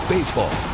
Baseball